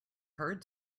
heard